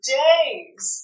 days